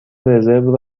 رزرو